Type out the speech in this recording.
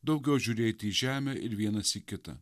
daugiau žiūrėti į žemę ir vienas į kitą